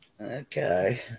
Okay